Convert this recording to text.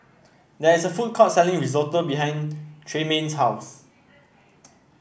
there is a food court selling Risotto behind Tremayne's house